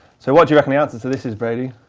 so what do you reckon the answer to this is, brady?